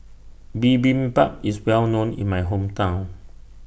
Bibimbap IS Well known in My Hometown